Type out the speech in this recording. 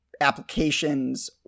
applications